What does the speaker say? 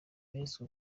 beretswe